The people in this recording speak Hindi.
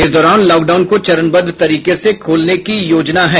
इस दौरान लॉकडाउन को चरणबद्ध तरीके से खोलने की योजना है